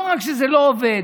לא רק שזה לא עובד,